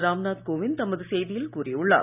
ராம் நாத் கோவிந்த் தமது செய்தியில் கூறியுள்ளார்